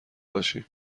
باشیم